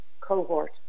cohort